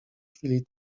chwili